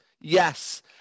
Yes